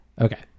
Okay